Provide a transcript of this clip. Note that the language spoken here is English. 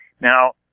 Now